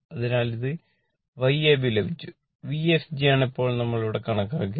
അതിനാൽ ഇത് Y ab ലഭിച്ചു Vfg ആണ് ഇപ്പോൾ നമ്മൾ ഇവിടെ കണക്കാക്കിയത്